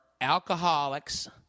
alcoholics